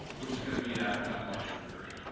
which is going to be that that larger query.